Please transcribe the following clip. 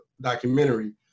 documentary